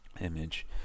image